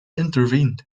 intervened